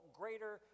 greater